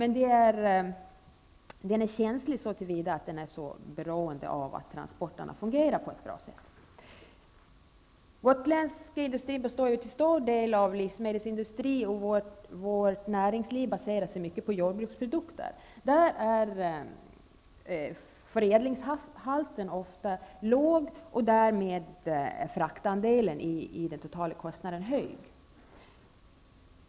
Näringslivet är känsligt så till vida att man är mycket beroende av att transporterna fungerar på ett bra sätt. Gotländsk industri består till stor del av livsmedelsindustri. Vårt näringsliv baserar sig mycket på jordbruksprodukter. Förädlingshalten är ofta låg, och därmed är fraktandelen i den totala kostnaden stor.